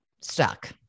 stuck